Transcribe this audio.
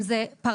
אם זה פראמדיק,